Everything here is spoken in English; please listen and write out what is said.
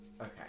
Okay